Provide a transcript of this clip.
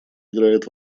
играет